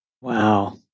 Wow